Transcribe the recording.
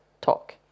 talk